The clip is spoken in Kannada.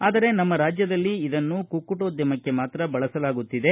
ಆದರೆ ನಮ್ಮ ರಾಜ್ಯದಲ್ಲಿ ಇದನ್ನು ಕುಕ್ಕೋಟದ್ಯಮಕ್ಕೆ ಮಾತ್ರ ಬಳಸಲಾಗುತ್ತಿದೆ